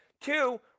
Two